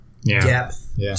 depth